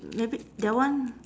maybe that one